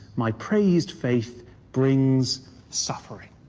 my praised faith brings suffering.